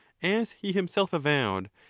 as he himself avowed,